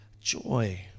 joy